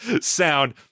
sound